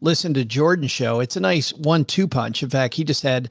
listen to jordan show. it's a nice one, two punch. in fact, he just had